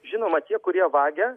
žinoma tie kurie vagia